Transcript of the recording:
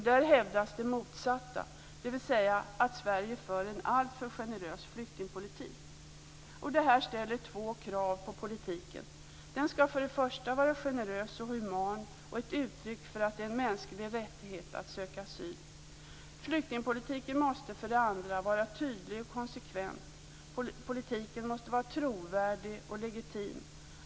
Där hävdas det motsatta, dvs. att Sverige för en alltför generös flyktingpolitik. Detta ställer två krav på politiken. Den skall för det första vara generös och human och ett uttryck för att det är en mänsklig rättighet att söka asyl. Flyktingpolitiken måste för det andra vara tydlig och konsekvent. Politiken måste vara trovärdig och legitim.